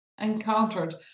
encountered